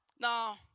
Now